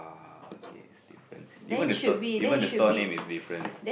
oh okay it's different even the stir even the surname is different